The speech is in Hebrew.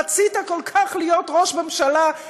רצית כל כך להיות ראש ממשלה,